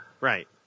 Right